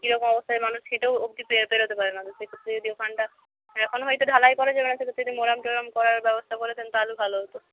কীরকম অবস্থায় মানুষ হেঁটেও অব্দি পেরতে পারে না তো সেক্ষেত্রে যদি ওখানটা এখন হয়তো ঢালাই করা যাবে না সেক্ষেত্রে যদি মোরাম টোরাম করার ব্যবস্থা করে দেন তাহলে ভালো হতো